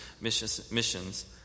missions